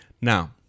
now